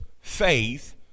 faith